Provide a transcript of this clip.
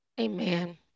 Amen